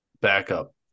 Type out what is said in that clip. backup